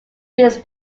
this